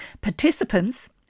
Participants